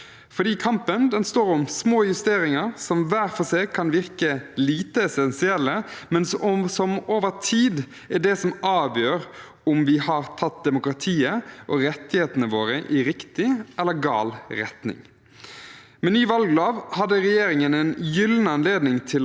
om vi har tatt demokratiet og rettighetene våre i riktig eller gal retning. Med ny valglov hadde regjeringen en gyllen anledning til å utvide demokratiet vårt. De kunne ha utvidet personvalget ved stortingsvalg, slik flertallet i valglovutvalget foreslo.